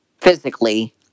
physically